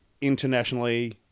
internationally